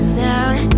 sound